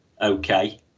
okay